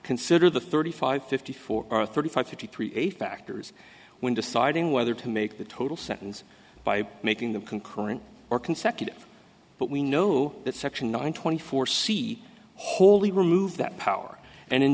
consider the thirty five fifty four or thirty five fifty three a factors when deciding whether to make the total sentence by making them concurrent or consecutive but we know that section nine twenty four c wholly remove that power and in